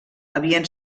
havien